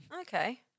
okay